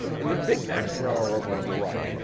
and the big macs per hour over on the right.